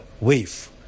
wave